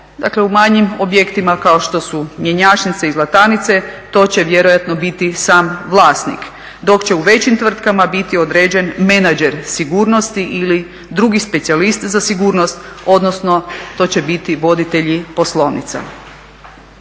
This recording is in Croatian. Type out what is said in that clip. dakle u manjim objektima kao što su mjenjačnice i zlatarnice to će vjerojatno biti sam vlasnik, dok će u većim tvrtkama biti određen menadžer sigurnosti ili drugi specijalist za sigurnost, odnosno to će biti voditelji poslovnica.